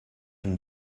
and